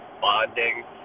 bonding